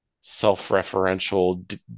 self-referential